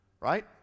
right